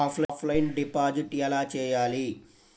Offline deposit ఎలా చేయాలి?